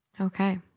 Okay